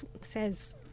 says